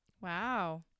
Wow